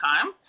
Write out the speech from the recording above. time